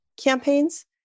campaigns